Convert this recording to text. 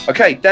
Okay